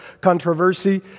controversy